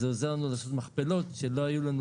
אז זה עוזר לנו במכפלות שלא היו לנו